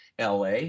LA